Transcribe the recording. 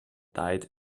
died